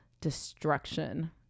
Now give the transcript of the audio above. destruction